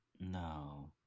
No